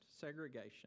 segregation